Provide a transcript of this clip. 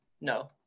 No